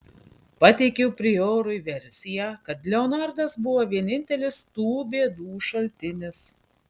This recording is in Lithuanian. pateikiau priorui versiją kad leonardas buvo vienintelis tų bėdų šaltinis